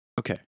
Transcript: Okay